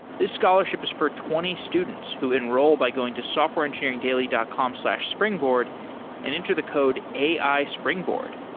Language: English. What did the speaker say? this scholarship is for twenty students who enroll by going to softwareengineeringdaily dot com slash springboard and enter the code ai springboard.